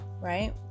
right